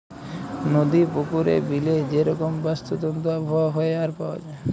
নদি, পুকুরে, বিলে যে রকম বাস্তুতন্ত্র আবহাওয়া হ্যয়ে আর পাওয়া যায়